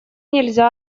нельзя